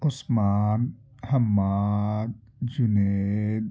Usman Hammad Junaid